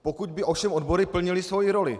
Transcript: Pokud by ovšem odbory plnily svoji roli.